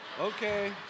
Okay